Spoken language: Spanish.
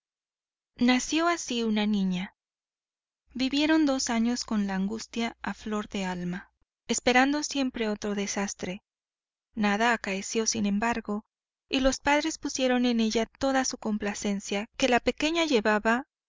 nació así una niña vivieron dos años con la angustia a flor de alma esperando siempre otro desastre nada acaeció sin embargo y los padres pusieron en ella toda su complacencia que la pequeña llevaba